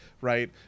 right